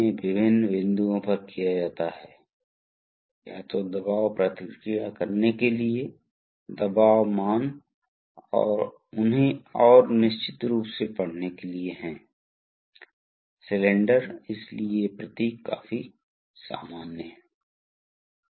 जो वास्तविक भार से जुड़ा है जिसे आप स्थानांतरित करना चाहते हैं मशीन इसलिए यह सिलेंडर या मोटर है इसलिए ये एक आनुपातिक वाल्व की एक विशिष्ट संरचना है